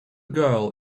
girl